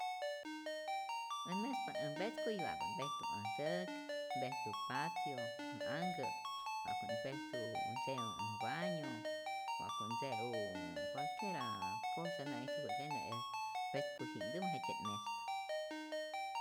Äj mespa't äj mpetkuy wa'ku't mpejtu äj ntäk, mpejtu patio ä anhkä, wa'ku't mpejtu ntze'u äj bañu, wa'ku't ntze'u cualquiera cosa nä'ijtupä't jenä, este pätkuji'knhtumä jejtyze't mespa.